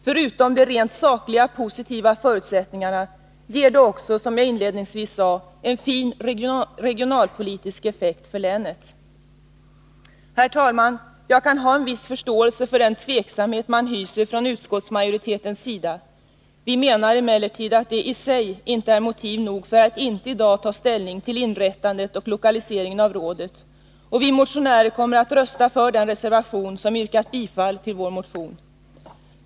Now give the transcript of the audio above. Förutom de rent sakliga, positiva förutsättningarna ger det också, som jag inledningsvis nämnde, en fin regionalpolitisk effekt för länet. Herr talman! Jag kan ha viss förståelse för den tveksamhet man hyser från utskottsmajoritetens sida. Vi menar emellertid att den i sig inte är motiv nog för att inte i dag ta ställning till inrättandet och lokaliseringen av rådet, och vi motionärer kommer att rösta för den reservation där det yrkas bifall till vår motion.